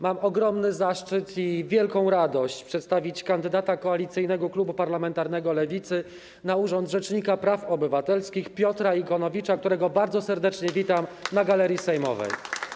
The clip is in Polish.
Mam ogromny zaszczyt i wielką radość przedstawić kandydata Koalicyjnego Klubu Parlamentarnego Lewicy na urząd rzecznika praw obywatelskich Piotra Ikonowicza, którego bardzo serdecznie witam na galerii sejmowej.